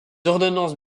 ordonnances